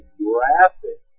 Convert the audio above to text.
graphic